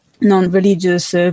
non-religious